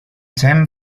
thème